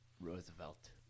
Roosevelt